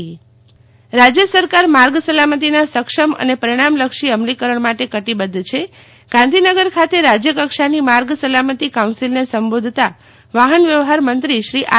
શિતલ વૈશ્નવ માર્ગસલામતી કાઉન્શીલ રાજ્ય સરકાર માર્ગ સલામતીના સક્ષમ અને પરિણામલક્ષી અમલીકરણ માટે કટીબદ્ધ છે ગાંધીનગર ખાતે રાજયકક્ષાની માર્ગ સલામતી કાઉન્સીલને સંબોધતા વાહન વ્યવહાર મંત્રી શ્રી આર